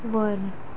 वर